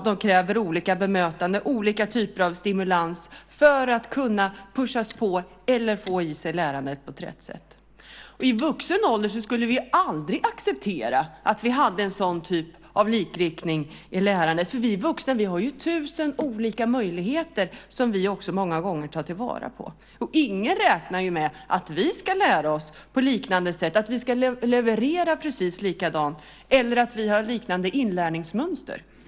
De kräver olika bemötande och olika typer av stimulans för att kunna "pushas" på att få i sig lärandet på ett rätt sätt. I vuxen ålder skulle vi aldrig acceptera att vi hade en sådan typ av likriktning i lärandet. Vi vuxna har tusen olika möjligheter som vi också många gånger tar till vara. Ingen räknar med att vi ska lära oss på liknande sätt, att vi ska leverera precis likadant eller att vi har liknande inlärningsmönster.